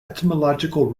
etymological